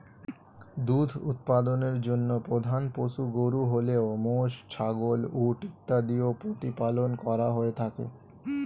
দুধ উৎপাদনের জন্য প্রধান পশু গরু হলেও মোষ, ছাগল, উট ইত্যাদিও প্রতিপালন করা হয়ে থাকে